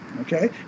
okay